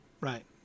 right